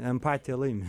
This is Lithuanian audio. empatija laimi